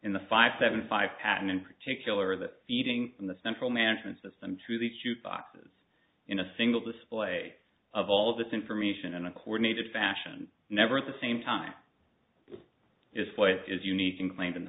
in the five seven five patent in particular that feeding in the central management system to these huge boxes in a single display of all of this information in a coordinated fashion never at the same time is what is unique and claimed in the